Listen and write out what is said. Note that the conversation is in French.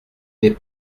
n’est